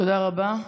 תודה רבה.